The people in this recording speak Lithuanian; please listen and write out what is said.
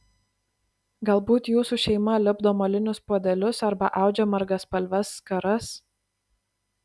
galbūt jūsų šeima lipdo molinius puodelius arba audžia margaspalves skaras